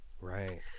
Right